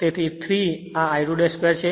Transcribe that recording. તેથી 3 આ I2 2 છે